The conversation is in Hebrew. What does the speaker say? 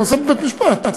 הנושא בבית-משפט.